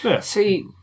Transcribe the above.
See